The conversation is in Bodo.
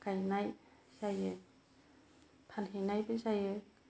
गायनाय जायो फानहैनायबो जायो